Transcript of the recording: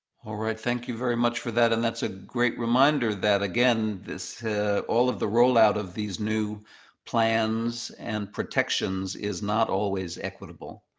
all right. thank you very much for that. and that's a great reminder that again, ah all of the rollout of these new plans and protections is not always equitable.